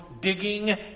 Digging